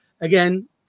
again